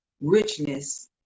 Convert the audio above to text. richness